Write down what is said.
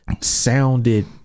sounded